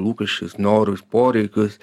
lūkesčius norus poreikius